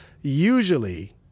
Usually